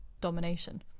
domination